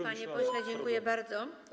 Panie pośle, dziękuję bardzo.